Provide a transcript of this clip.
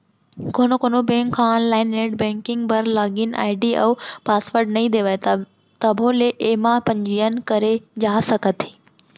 कोनो कोनो बेंक ह आनलाइन नेट बेंकिंग बर लागिन आईडी अउ पासवर्ड नइ देवय तभो ले एमा पंजीयन करे जा सकत हे